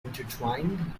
intertwined